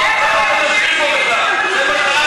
למה אתם יושבים פה בכלל?